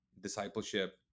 Discipleship